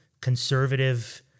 conservative